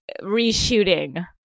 reshooting